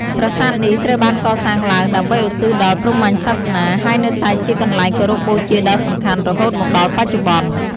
ប្រាសាទនេះត្រូវបានកសាងឡើង ដើម្បីឧទ្ទិសដល់ព្រហ្មញ្ញសាសនា ហើយនៅតែជាកន្លែងគោរពបូជាដ៏សំខាន់រហូតមកដល់បច្ចុប្បន្ន។